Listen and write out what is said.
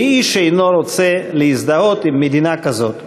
ואיש אינו רוצה להזדהות עם מדינה כזו,